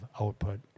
output